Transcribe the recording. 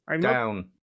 down